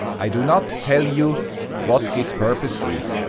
i do not tell you what its purpose is.